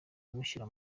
kumushyira